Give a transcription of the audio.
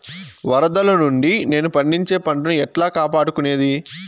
వరదలు నుండి నేను పండించే పంట ను ఎట్లా కాపాడుకునేది?